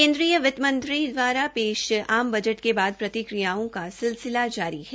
केंद्रीय वित्त मंत्री द्वारा पेश आम बजट के बाद प्रतिक्रियाओं का सिलसिला जारी है